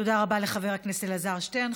תודה רבה לחבר הכנסת אלעזר שטרן.